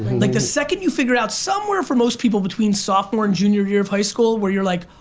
like the second you figure out somewhere for most people between sophomore and junior year of high school where you're like,